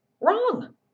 wrong